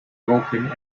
vulkan